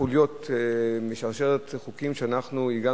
אני קובע שהצעת חוק זכויות הסוכן המסחרי ומעמדו